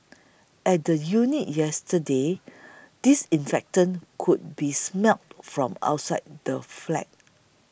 at the unit yesterday disinfectant could be smelt from outside the flat